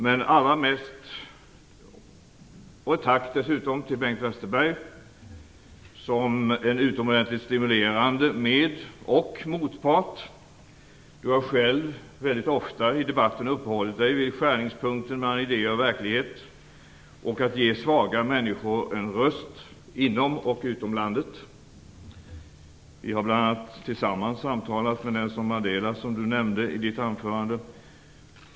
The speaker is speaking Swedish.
Dessutom vill jag rikta ett tack till Bengt Westerberg som varit en utomordentligt stimulerande medoch motpart. Du har själv väldigt ofta i debatten uppehållit dig vid skärningspunkten mellan idé och verklighet och att ge svaga människor en röst inom och utom landet. Vi har bl.a. tillsammans samtalat med Nelson Mandela, som du nämnde i ditt anförande.